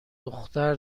دختر